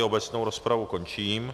Obecnou rozpravu končím.